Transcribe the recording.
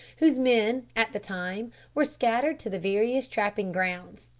whose men, at the time, were scattered to the various trapping grounds,